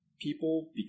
people